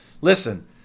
Listen